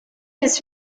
his